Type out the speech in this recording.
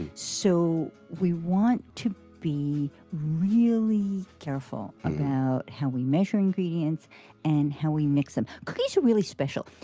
and so we want to be really careful about how we measure ingredients and how we mix them. cookies are really special.